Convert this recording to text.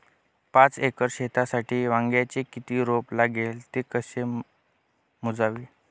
पाच एकर शेतीसाठी वांग्याचे किती रोप लागेल? ते कसे मोजावे?